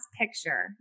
picture